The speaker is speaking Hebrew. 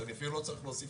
שאני אפילו לא צריך להוסיף